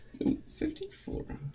54